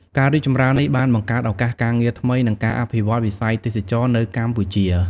ការរីកចម្រើននេះបានបង្កើតឱកាសការងារថ្មី និងការអភិវឌ្ឍន៍វិស័យទេសចរណ៍នៅកម្ពុជា។